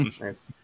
Nice